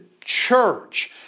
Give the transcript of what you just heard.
church